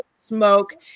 smoke